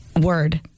Word